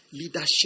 leadership